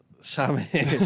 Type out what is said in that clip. Sammy